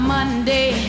Monday